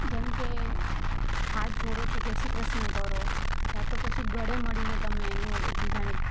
જેમકે હાથ જોડો છો જે શ્રી કૃષ્ણ કરો યાતો પછી ગળે મળીને તમે એનો એક બીજાને